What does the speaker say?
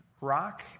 rock